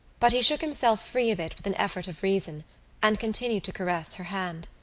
but he shook himself free of it with an effort of reason and continued to caress her hand.